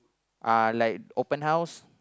uh like open house